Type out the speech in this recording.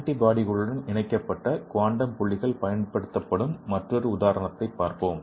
ஆன்டிபாடிகளுடன் இணைக்கப்பட்ட குவாண்டம் புள்ளிகள் பயன்படுத்தப்படும் மற்றொரு உதாரணத்தைப் பார்ப்போம்